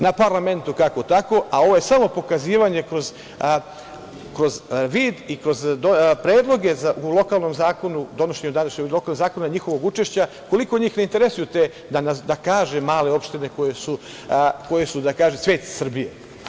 Na parlamentu kako tako, a ovo je samo pokazivanje kroz predloge u lokalnom zakonu, donošenju današnjeg zakona njihovog učešća, koliko njih ne interesuju da kažem male opštine koje su svet Srbije.